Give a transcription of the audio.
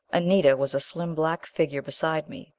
anita was a slim black figure beside me,